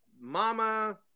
Mama